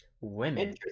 Women